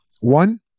One